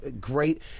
great